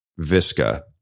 Visca